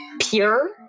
pure